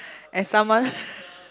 as someone